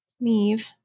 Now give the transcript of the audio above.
Leave